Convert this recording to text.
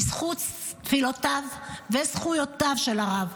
בזכות תפילותיו וזכויותיו של הרב,